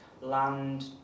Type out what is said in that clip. land